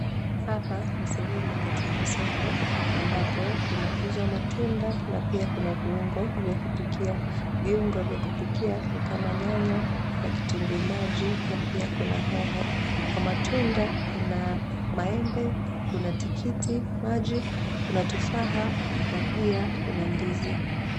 Hapa ni sehemu katika soko ambapo kunauzwa matunda na pia kuna viungo vya kupikia. Viungo vya kupikia ni kama nyanya na kitunguu maji na pia kuna hoho. Kwa matunda kuna maembe, kuna tikiti maji, kuna tufaha na pia kuna ndizi.